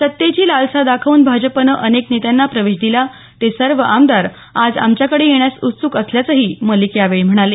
सत्तेची लालसा दाखवून भाजपनं अनेक नेत्यांना प्रवेश दिला ते सर्व आमदार आज आमच्याकडं येण्यास उत्सुक असल्याचंही मलीक यावेळी म्हणाले